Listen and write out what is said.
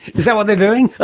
is that what they're doing?